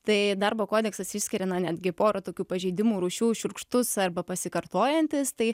tai darbo kodeksas išskiria na netgi porą tokių pažeidimų rūšių šiurkštus arba pasikartojantis tai